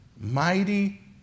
mighty